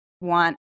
want